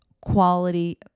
quality